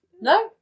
No